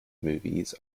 movies